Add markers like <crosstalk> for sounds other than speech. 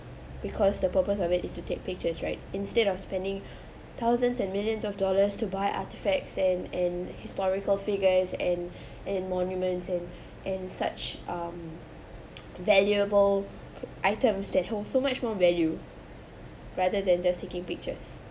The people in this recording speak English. because the purpose of it is to take pictures right instead of spending thousands and millions of dollars to buy artifacts and and historical figures and and monuments and and such um <noise> valuable items that holds so much more value rather than just taking pictures